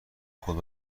خود